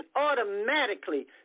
automatically